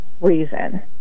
reason